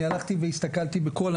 אני הלכתי והסתכלתי בכל,